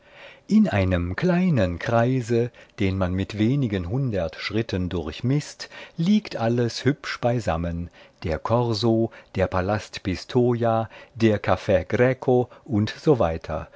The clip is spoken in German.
in einem kleinen kreise den man mit wenigen hundert schritten durchmißt liegt alles hübsch beisammen der korso der palast pistoja der caff greco u s w